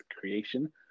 creation